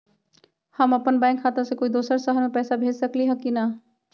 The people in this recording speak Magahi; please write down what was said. हम अपन बैंक खाता से कोई दोसर शहर में पैसा भेज सकली ह की न?